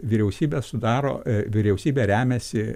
vyriausybę sudaro vyriausybė remiasi